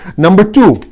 number two,